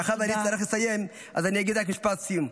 מאחר שאני צריך לסיים, אני אגיד רק משפט סיום: